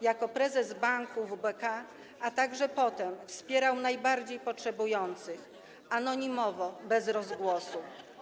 Jako prezes banku WBK, a także potem wspierał najbardziej potrzebujących, anonimowo, bez rozgłosu.